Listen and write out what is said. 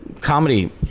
comedy